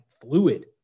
fluid